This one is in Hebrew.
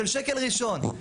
של שקל ראשון,